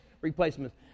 replacements